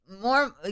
more